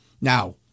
Now